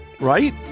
right